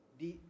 di